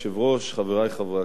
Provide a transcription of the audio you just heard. חברי חברי הכנסת,